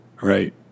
Right